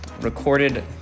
recorded